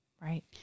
Right